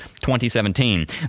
2017